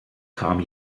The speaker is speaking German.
kam